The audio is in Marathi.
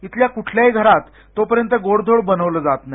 इथल्या कुठल्याही घरात तोपर्यंत गोडधोड बनवलं जात नाही